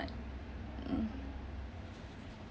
mm